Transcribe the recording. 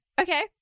okay